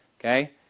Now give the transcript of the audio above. Okay